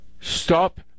Stop